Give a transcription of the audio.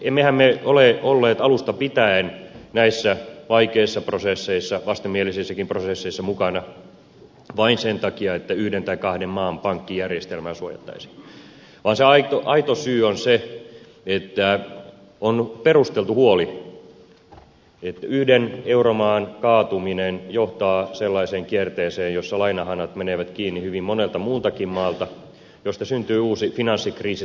emmehän me ole olleet alusta pitäen näissä vaikeissa prosesseissa vastenmielisissäkin prosesseissa mukana vain sen takia että yhden tai kahden maan pankkijärjestelmää suojattaisiin vaan se aito syy on se että on perusteltu huoli että yhden euromaan kaatuminen johtaa sellaiseen kierteeseen jossa lainahanat menevät kiinni hyvin monelta muultakin maalta mistä syntyy uusi finanssikriisi